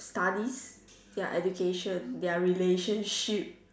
studies their education their relationship